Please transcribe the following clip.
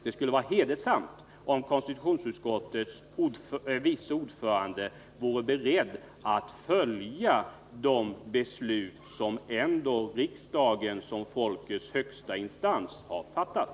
Det skulle vara hedersamt om konstitutionsutskottets vice ordförande vore beredd att följa de beslut som ändå riksdagen som folkets högsta instans har fattat.